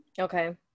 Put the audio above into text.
Okay